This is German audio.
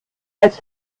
als